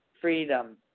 Freedom